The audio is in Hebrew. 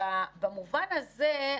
במובן הזה,